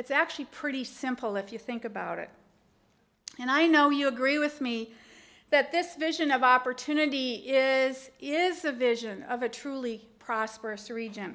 it's actually pretty simple if you think about it and i know you agree with me that this vision of opportunity is is a vision of a truly prosperous region